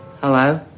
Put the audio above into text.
Hello